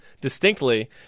distinctly